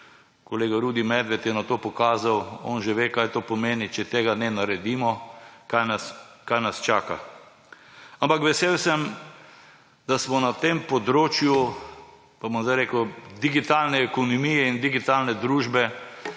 kolega Rudi Medved je na to pokazal, on že ve, kaj to pomeni, če tega ne naredimo, kaj nas čaka. Ampak vesel sem, da smo na tem področju, pa bom zdaj rekel, digitalne ekonomije in digitalne družbe,